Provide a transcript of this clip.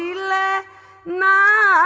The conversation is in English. la nine